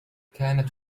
كانت